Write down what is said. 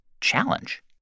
challenge